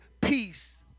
peace